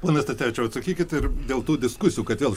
pone stacevičau atsakykit ir dėl tų diskusijų kad vėl